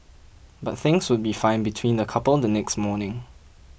but things would be fine between the couple the next morning